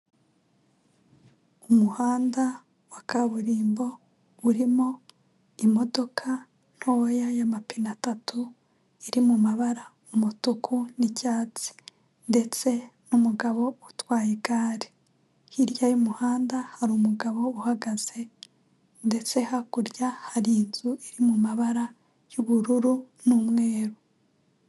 Umuhanda wa kaburimbo urimo imodoka ntoya y'amapine atatu iri mu mabara umutuku n'icyatsi ndetse n'umugabo utwaye igare. Hirya y'umuhanda hari umugabo uhagaze ndetse hakurya hari inzu iri mu mabara y'ubururu n'umweru.